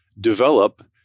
develop